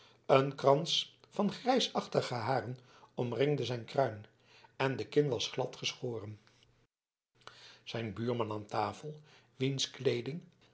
een krans van grijsachtige haren omringde zijn kruin en de kin was glad geschoren zijn buurman aan tafel wiens kleeding